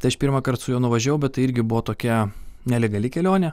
tai aš pirmąkart su juo nuvažiavau bet tai irgi buvo tokia nelegali kelionė